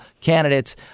candidates